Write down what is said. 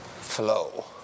flow